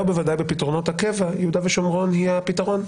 בפתרונות הקבע יהודה ושומרון היא הפתרון.